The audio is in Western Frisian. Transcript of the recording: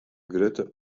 grutte